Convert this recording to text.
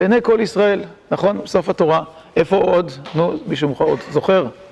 עיני כל ישראל, נכון, סוף התורה, איפה עוד, נו, מישהו מוכר עוד, זוכר?